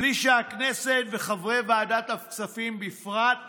בלי שהכנסת, וחברי ועדת הכספים בפרט,